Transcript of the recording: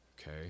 Okay